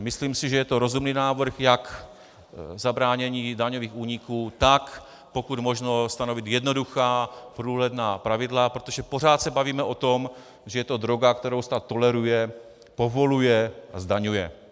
Myslím si, že je to rozumný návrh, jak k zabránění daňových úniků, tak pokud možno stanovit jednoduchá průhledná pravidla, protože pořád se bavíme o tom, že je to droga, kterou stát toleruje, povoluje a zdaňuje.